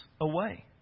away